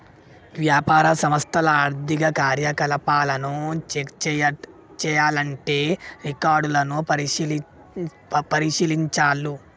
వ్యాపార సంస్థల ఆర్థిక కార్యకలాపాలను చెక్ చేయాల్లంటే రికార్డులను పరిశీలించాల్ల